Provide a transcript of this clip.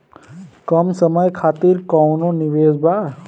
कम समय खातिर कौनो निवेश बा?